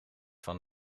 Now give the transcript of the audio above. van